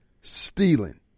stealing